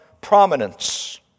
prominence